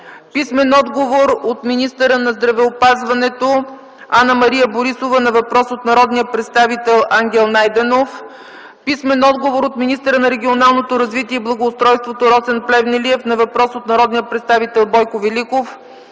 Димитър Горов; - от министъра на здравеопазването Анна-Мария Борисова на въпрос от народния представител Ангел Найденов; - от министъра на регионалното развитие и благоустройството Росен Плевнелиев на въпрос от народния представител Бойко Великов;